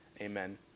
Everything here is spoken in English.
Amen